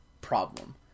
problem